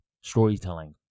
storytelling